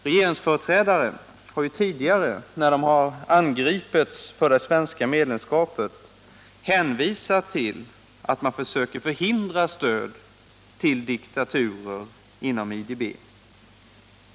Regeringsföreträdare har tidigare, när de har angripits för det svenska medlemskapet, hänvisat till att de försöker förhindra stöd till diktaturer inom IDB.